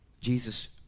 Jesus